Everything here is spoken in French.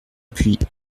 puits